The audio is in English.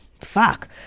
fuck